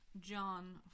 John